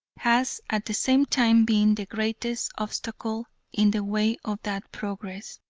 has at the same time been the greatest obstacle in the way of that progress.